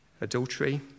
adultery